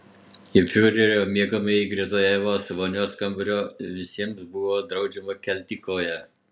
į fiurerio miegamąjį greta evos vonios kambario visiems buvo draudžiama kelti koją